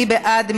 מי בעד?